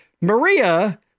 Maria